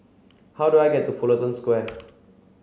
how do I get to Fullerton Square